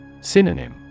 Synonym